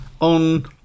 on